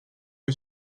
que